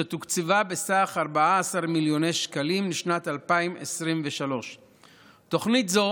שתוקצבה בסך 14 מיליוני שקלים לשנת 2023. תוכנית זו